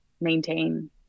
maintain